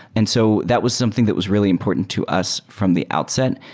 and so that was something that was really important to us from the outset.